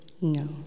No